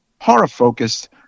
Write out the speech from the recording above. horror-focused